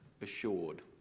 assured